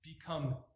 Become